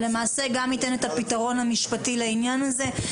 ולמעשה גם ייתן את הפתרון המשפטי לעניין הזה.